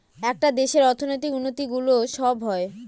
একটা দেশের অর্থনৈতিক উন্নতি গুলো সব হয়